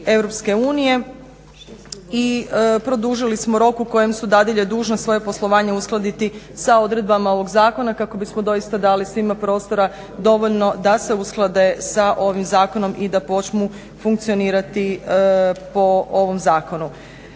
članica EU i produžili smo rok u kojem su dadilje dužne svoje poslovanje uskladiti sa odredbama ovog zakona kako bismo doista dali svima prostora dovoljno da se usklade sa ovim zakonom i da počnu funkcionirati po ovom zakonu.